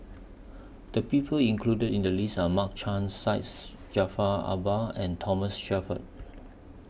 The People included in The list Are Mark Chan Jaafar Albar and Thomas Shelford